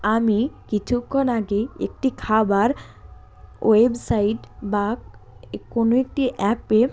আমি কিচুক্ষণ আগে একটি খাবার ওয়েবসাইট বা কোনো একটি অ্যাপে